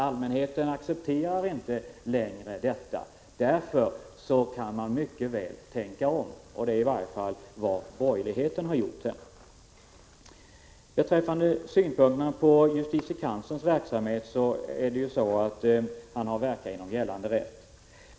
Allmänheten accepterar inte längre de rådande förhållandena. Därför kan man mycket väl tänka om, och det är i varje fall vad borgerligheten har gjort i detta avseende. Beträffande synpunkterna på justitiekanslerns verksamhet vill jag säga att denne har att verka inom gällande rätt.